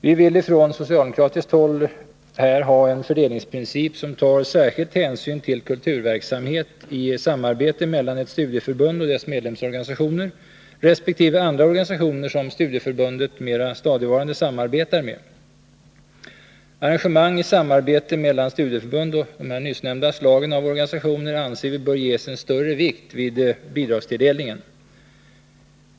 Vi vill från socialdemokratiskt håll här ha en fördelningsprincip som tar särskild hänsyn till kulturverksamhet i samarbete med ett studieförbund och dess medlemsorganisationer resp. andra organisationer som studieförbundet mera stadigvarande samarbetar med. Arrangemang i samarbete mellan studieförbund och nyssnämnda slag av organisationer anser vi bör ges större vikt vid bidragstilldelningen.